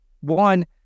one